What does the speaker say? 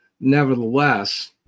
Nevertheless